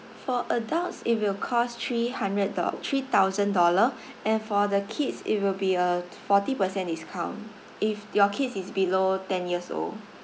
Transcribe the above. for adults it will cost three hundred dol~ three thousand dollar and for the kids it will be a forty percent discount if your kids is below ten years old